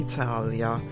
Italia